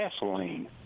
gasoline